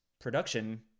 production